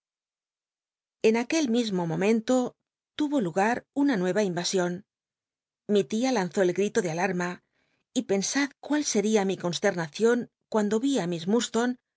en aquel mismo momento tuvo lugar una nueva imasion mi tia lanzó el gl i to de alatma y pensad cmil seria mi conslel'nacion cuando vi i miss